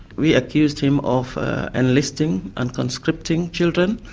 we accused him of enlisting and conscripting children,